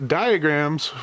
diagrams